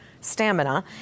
stamina